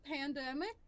Pandemic